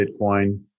Bitcoin